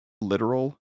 literal